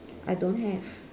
I don't have